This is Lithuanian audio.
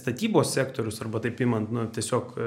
statybos sektorius arba taip imant na tiesiog